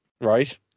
right